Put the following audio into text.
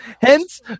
Hence